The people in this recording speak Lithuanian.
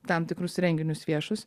tam tikrus renginius viešus